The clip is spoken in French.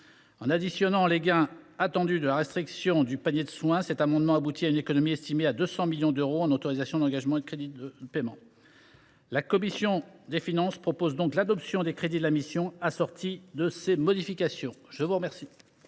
L’addition des gains attendus de cette restriction du panier de soins aboutirait à une économie estimée à 200 millions d’euros en autorisations d’engagement comme en crédits de paiement. La commission des finances propose l’adoption des crédits de la mission assortis de ces modifications. La parole